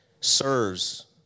serves